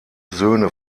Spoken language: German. söhne